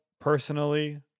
personally